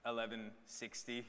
1160